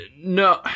No